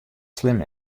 slim